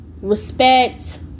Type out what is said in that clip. respect